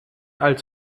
als